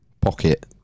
pocket